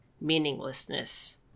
meaninglessness